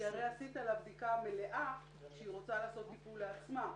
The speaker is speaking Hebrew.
כי הרי עשית לה בדיקה מלאה כשהיא רוצה לעשות טיפול לעצמה,